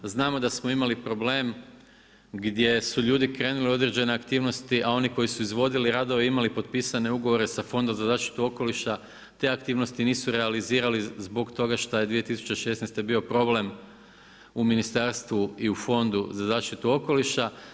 Znamo da smo imali problem, gdje su ljudi krenuli u određene aktivnosti, a oni koji su izvodili radove imali potpisane ugovore sa fondom za zaštitu okoliša, te aktivnosti nisu realizirali zbog toga šta je 2016. bio problem u Ministarstvu i u fondu za zaštitu okoliša.